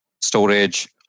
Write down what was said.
storage